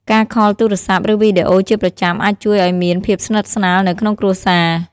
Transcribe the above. ការខលទូរស័ព្ទ ឬវីដេអូជាប្រចាំអាចជួយឲ្យមានភាពស្និទ្ធស្នាលនៅក្នុងគ្រួសារ។